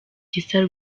gisa